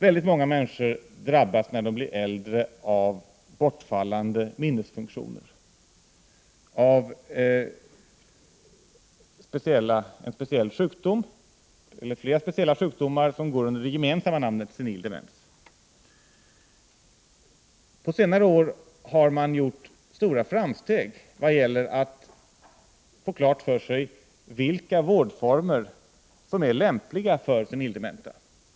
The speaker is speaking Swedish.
Väldigt många människor drabbas av bortfallande minnesfunktioner när de blir äldre. Det gäller flera speciella sjukdomar som gemensamt kallas senildemens. Under senare år har man gjort stora framsteg när det gäller formerna för vård av senildementa.